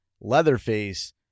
Leatherface